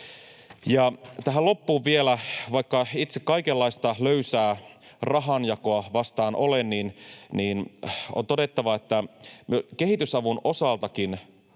tähän loppuun vielä. Vaikka itse kaikenlaista löysää rahanjakoa vastaan olen, niin on todettava, että kehitysavun osaltakin